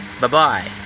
bye-bye